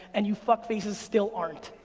and you fuck faces still aren't.